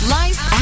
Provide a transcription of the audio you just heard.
life